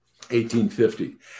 1850